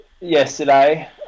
yesterday